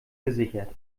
gesichert